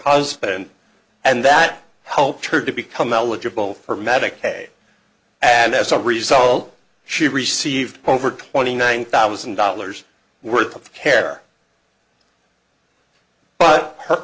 husband and that helped her to become eligible for medicaid and as a result she received over twenty nine thousand dollars worth of care but her